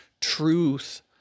truth